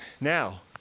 Now